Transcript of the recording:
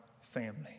family